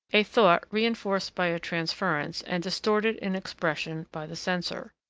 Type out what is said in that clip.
a thought reinforced by a transference and distorted in expression by the censor.